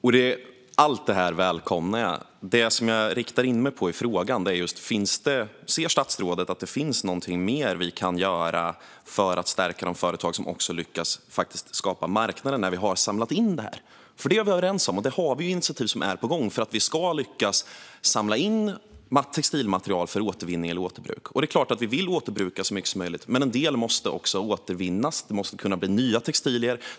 Herr talman! Allt det här välkomnar jag. Det som jag riktar in mig på i frågan är om statsrådet ser att det finns något mer vi kan göra för att stärka de företag som lyckas skapa marknader när vi har samlat in textilierna. Vi är överens om det, och det finns initiativ som är på gång för att vi ska lyckas samla in textilmaterial för återvinning eller återbruk. Det är klart att vi vill återbruka så mycket som möjligt. Men en del måste också återvinnas och bli nya textilier.